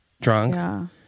drunk